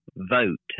vote